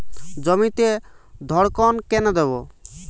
জমিতে ধড়কন কেন দেবো?